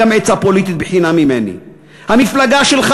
גם עצה פוליטית חינם ממני: המפלגה שלך